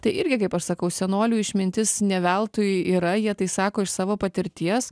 tai irgi kaip aš sakau senolių išmintis ne veltui yra jie tai sako iš savo patirties